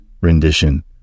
rendition